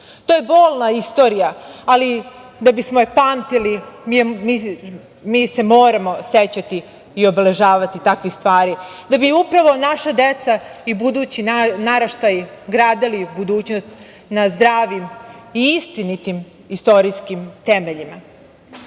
je bolna istorija, ali da bismo je pamtili, mi se moramo sećati i obeležavati takve stvari, da bi upravo naša deca i budući naraštaj, gradili budućnost na zdravim i istinitim istorijskim temeljima,